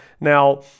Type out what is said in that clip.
Now